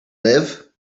live